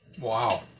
Wow